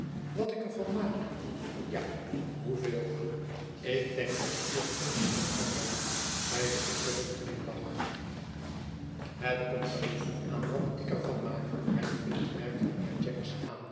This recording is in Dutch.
wat ik er van maak ja hoeveel ik denk dat u er twintig pond vanmaakt zeide ik met een glimlach het komt er niet op aan wat i k er van maak mijn vriend merkte mijnheer jaggers aan